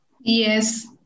Yes